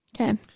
Okay